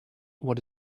what